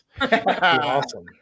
awesome